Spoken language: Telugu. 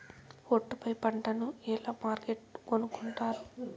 ఒట్టు పై పంటను ఎలా మార్కెట్ కొనుక్కొంటారు?